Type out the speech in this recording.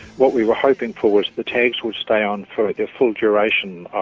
what we were hoping for was the tags would stay on for the full duration,